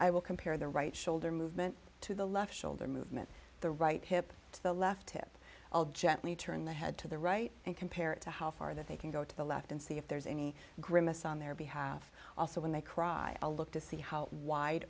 i will compare the right shoulder movement to the left shoulder movement the right hip to the left hip gently turn the head to the right and compare it to how far they can go to the left and see if there's any grimace on their behalf also when they cry a look to see how wide